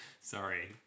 Sorry